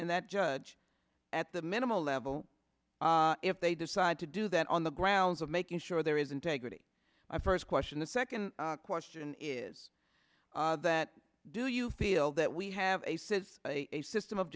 and that judge at the minimal level if they decide to do that on the grounds of making sure there isn't a goody my first question the second question is that do you feel that we have a says a system of